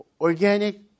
organic